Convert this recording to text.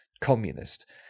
communist